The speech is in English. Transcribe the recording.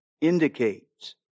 indicates